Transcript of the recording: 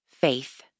faith